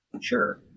Sure